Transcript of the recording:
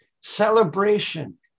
celebration